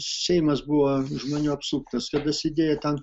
seimas buvo žmonių apsuktas kada sėdėjo ten